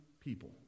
people